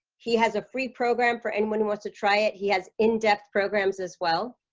he has a free program for anyone who wants to try it. he has in-depth programs as well